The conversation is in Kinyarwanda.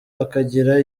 akagira